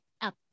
up